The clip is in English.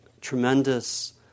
tremendous